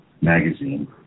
magazine